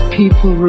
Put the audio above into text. people